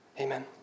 Amen